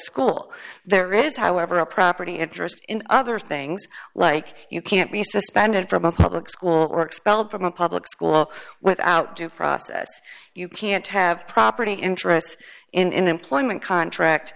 school there is however a property interest in other things like you can't be suspended from a public school or expelled from a public school without due process you can't have property interests in employment contract